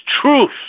truth